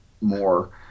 more